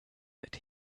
that